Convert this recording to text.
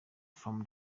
from